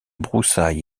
broussailles